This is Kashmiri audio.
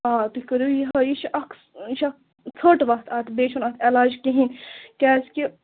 آ تُہۍ کٔرِو یِہےَ یہِ چھُ اکھ یہِ چھُ اکھ ژھۅٹھ وَتھ اکھ بیٚیہِ چھُنہٕ اَتھ علاج کِہیٖنٛۍ کیٛازِ کہِ